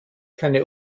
keine